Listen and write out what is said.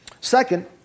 Second